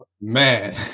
Man